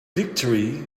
victory